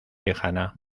lejana